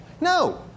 No